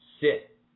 sit